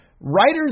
writers